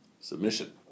Submission